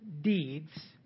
deeds